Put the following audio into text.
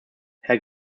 herr